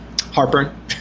heartburn